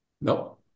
No